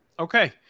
Okay